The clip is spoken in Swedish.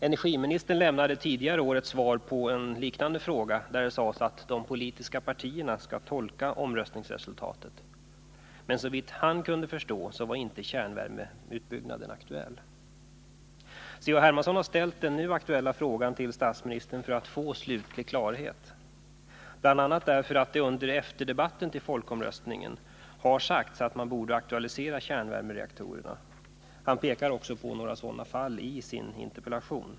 Energiministern lämnade tidigare i år svar på en liknande fråga, där det sades att de politiska partierna skall tolka omröstningsresultatet, men såvitt han kunde förstå var inte en kärnvärmeutbyggnad aktuell. C.-H. Hermansson har ställt den nu aktuella frågan till statsministern för att få slutlig klarhet, bl.a. därför att det under efterdebatten till folkomröstningen har sagts att man borde aktualisera kärnvärmereaktorerna. Han pekar också på några sådana fall i sin interpellation.